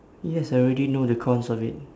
yes I already know the cons of it